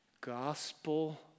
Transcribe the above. gospel